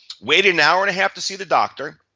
waited an hour and half to see the doctor.